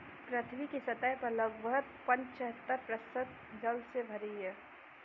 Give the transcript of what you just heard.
पृथ्वी की सतह लगभग पचहत्तर प्रतिशत जल से भरी है